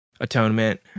atonement